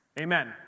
Amen